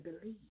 believe